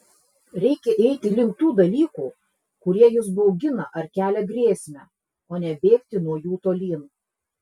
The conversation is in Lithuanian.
reikia eiti link tų dalykų kurie jus baugina ar kelia grėsmę o ne bėgti nuo jų tolyn